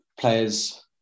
players